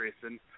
Grayson